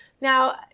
now